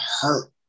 hurt